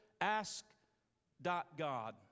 Ask.God